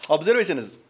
Observations